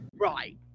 Right